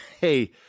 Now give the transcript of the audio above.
hey